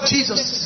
Jesus